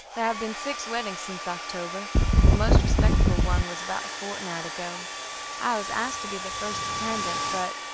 have been six weddings since october the most respectable one was about a fortnight ago i was asked to be the first attendant, but,